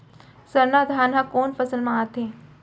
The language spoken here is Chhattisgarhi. सरना धान ह कोन फसल में आथे?